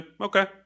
okay